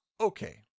Okay